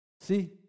See